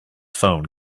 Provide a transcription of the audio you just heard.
phone